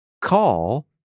call